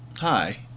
hi